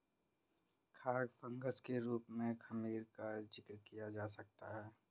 खाद्य फंगस के रूप में खमीर का जिक्र किया जा सकता है